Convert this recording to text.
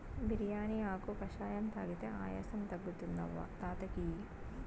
బిర్యానీ ఆకు కషాయం తాగితే ఆయాసం తగ్గుతుంది అవ్వ తాత కియి